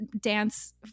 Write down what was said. dance